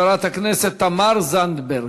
חברת הכנסת תמר זנדברג.